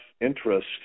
interest